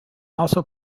also